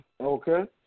Okay